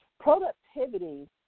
productivity